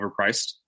overpriced